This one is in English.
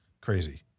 Crazy